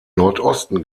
nordosten